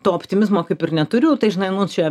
to optimizmo kaip ir neturiu tai žinai nu čia